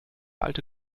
alte